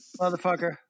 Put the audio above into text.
motherfucker